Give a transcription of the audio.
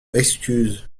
excuse